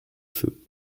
feu